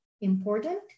important